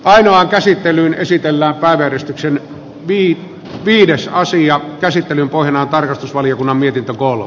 ainoa käsittelyyn esitellä vahvistuksen vii viidessä asian käsittelyn pohjana on tarkastusvaliokunnan mietintö kolu